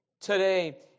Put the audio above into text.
today